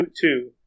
two